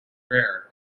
rare